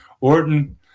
Orton